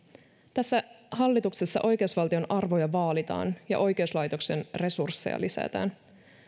tässä hallituksessa oikeusvaltion arvoja vaalitaan ja oikeuslaitoksen resursseja lisätään